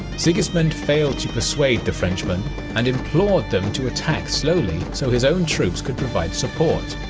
sigismund failed to persuade the frenchmen and implored them to attack slowly so his own troops could provide support.